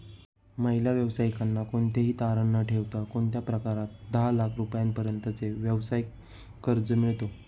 महिला व्यावसायिकांना कोणतेही तारण न ठेवता कोणत्या प्रकारात दहा लाख रुपयांपर्यंतचे व्यवसाय कर्ज मिळतो?